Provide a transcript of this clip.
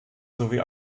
sowie